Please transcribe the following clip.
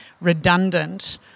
redundant